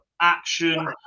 action